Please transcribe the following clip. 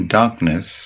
darkness